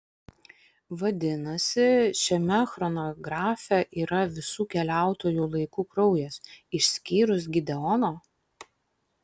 vadinasi šiame chronografe yra visų keliautojų laiku kraujas išskyrus gideono